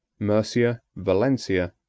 murcia, valencia,